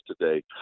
today